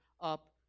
up